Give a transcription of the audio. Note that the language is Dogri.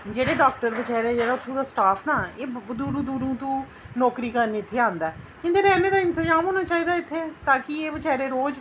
जेह्ड़ा डाक्टर बचैरे जेह्ड़ा थोह्ड़ा स्टाफ ना एह् बड़ा दूरूं दूरूं नौकरी करन इत्थै औंदा ऐ ते रौह्ने दा इंतजाम होना चाहिदा इत्थै ता कि एह् बचैरे रोेज